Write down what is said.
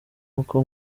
uko